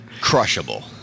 Crushable